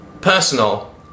personal